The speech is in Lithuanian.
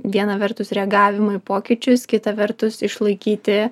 viena vertus reagavimą į pokyčius kita vertus išlaikyti